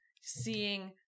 seeing